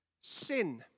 sin